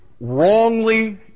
wrongly